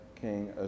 King